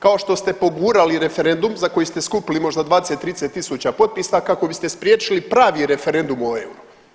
Kao što ste pogurali referendum za koji ste skupili možda 20, 30 000 potpisa kako biste spriječili pravi referendum o euru.